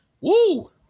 woo